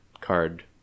card